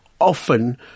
often